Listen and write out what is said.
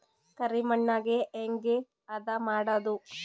ಕರಿ ಮಣ್ಣಗೆ ಹೇಗೆ ಹದಾ ಮಾಡುದು?